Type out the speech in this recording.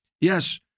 Yes